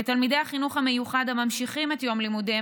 3. לתלמידי החינוך המיוחד הממשיכים את יום לימודיהם